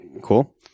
Cool